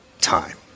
time